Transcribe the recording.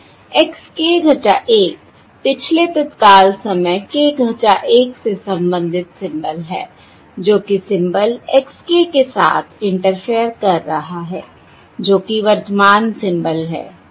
x पिछले तत्काल समय k 1 से संबंधित सिंबल है जो कि सिंबल x के साथ इंटरफेयर कर रहा है जो कि वर्तमान सिंबल है ठीक है